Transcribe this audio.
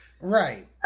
Right